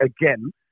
again